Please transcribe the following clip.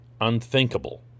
unthinkable